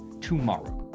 tomorrow